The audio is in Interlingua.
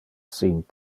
sin